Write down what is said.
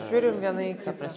žiūrim viena į kitą